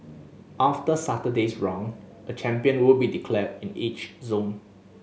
after Saturday's round a champion will be declared in each zone